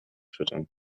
füttern